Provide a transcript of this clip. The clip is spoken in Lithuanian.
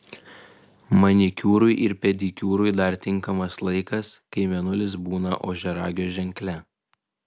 manikiūrui ir pedikiūrui dar tinkamas laikas kai mėnulis būna ožiaragio ženkle